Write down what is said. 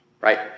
right